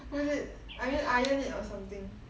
put it I mean iron it or something